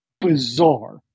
bizarre